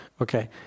Okay